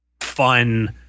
fun